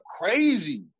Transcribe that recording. Crazy